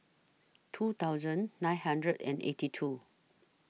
two thousand nine hundred and eighty two